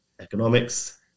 Economics